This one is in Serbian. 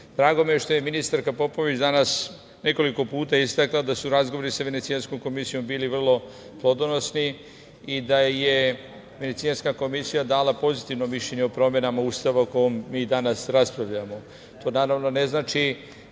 mi je što je ministarka Popović danas nekoliko puta istakla da su razgovori sa Venecijanskom komisijom bili vrlo plodonosni i da je Venecijanska komisija dala pozitivno mišljenje o promenama Ustava o kom mi danas raspravljamo. To naravno ne znači